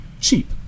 cheap